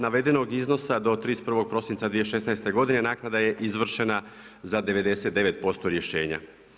navedenog iznosa do 31. prosinca 2016. godine, naknada je izvršena za 99% rješenja.